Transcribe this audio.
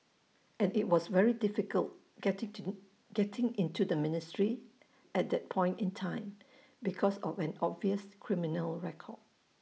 and IT was very difficult getting into getting into the ministry at that point in time because of an obvious criminal record